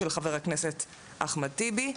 של חבר הכנסת אחמד טיבי.